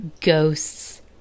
ghosts